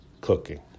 cooking